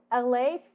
LA